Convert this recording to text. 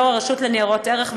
יו"ר הרשות לניירות ערך,